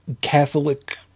Catholic